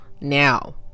now